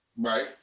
Right